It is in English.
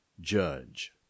judge